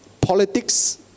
politics